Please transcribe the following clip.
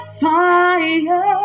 fire